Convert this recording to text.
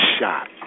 shot